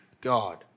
God